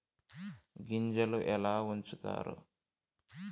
గింజలు ఎలా ఉంచుతారు?